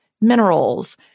minerals